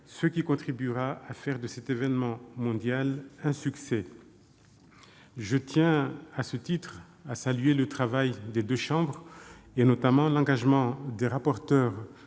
Cela contribuera à faire de cet événement mondial un succès. Je tiens à ce titre à saluer le travail des deux chambres. Je pense notamment à l'engagement des rapporteurs